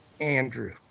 Andrew